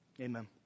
Amen